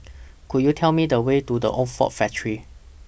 Could YOU Tell Me The Way to The Old Ford Factory